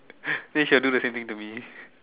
then she will do the same thing to me